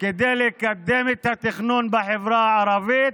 כדי לקדם את התכנון בחברה הערבית,